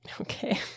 Okay